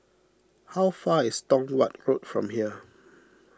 how far is Tong Watt Road from here